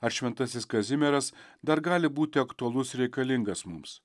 ar šventasis kazimieras dar gali būti aktualus reikalingas mums